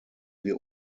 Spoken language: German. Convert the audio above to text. wir